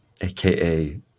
aka